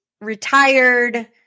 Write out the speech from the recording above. retired